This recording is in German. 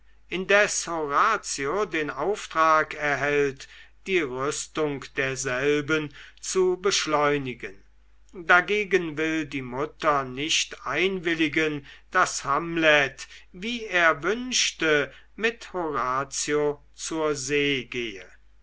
indes horatio den auftrag erhält die rüstung derselben zu beschleunigen dagegen will die mutter nicht einwilligen daß hamlet wie er wünschte mit horatio zur see gehe